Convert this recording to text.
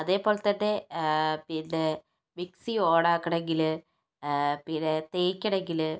അതേപോലെ തന്നെ പിന്നെ മിക്സി ഓൺ ആക്കണമെങ്കില് പിന്നെ തേക്കണെങ്കില്